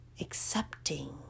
accepting